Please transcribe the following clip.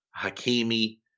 Hakimi